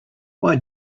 why